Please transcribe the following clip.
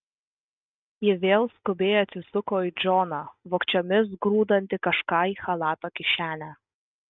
ji vėl skubiai atsisuko į džoną vogčiomis grūdantį kažką į chalato kišenę